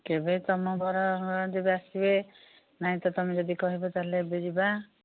କେବେ ତମ ଘର ଯେବେ ଆସିବେ ନାଇଁ ତ ତମେ ଯଦି କହିବ ତାହେଲେ ଏବେ ଯିବା